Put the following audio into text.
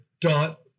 dot